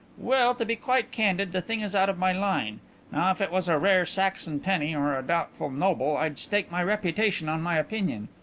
well, to be quite candid, the thing is out of my line. now if it was a rare saxon penny or a doubtful noble i'd stake my reputation on my opinion,